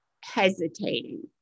hesitating